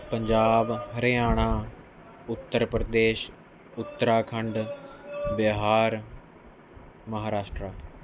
Punjab Haryana Uttar Pradesh Uttarakhand Bihar Maharashtra